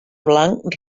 blanc